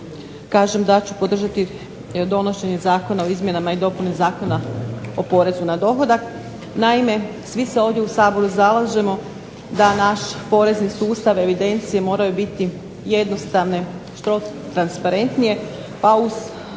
kažem da ću podržati donošenje Zakona o izmjenama i dopuni Zakona o porezu na dohodak. Naime, svi se ovdje u Saboru zalažemo da naš porezni sustav evidencije moraju biti jednostavne, što transparentnije, a u